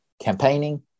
campaigning